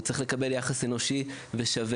הוא צריך לקבל יחס אנושי ושווה,